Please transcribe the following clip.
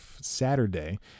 Saturday